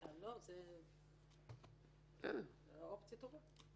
זו אופציה טובה.